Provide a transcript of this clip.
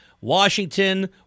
Washington